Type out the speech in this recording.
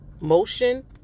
motion